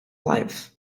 life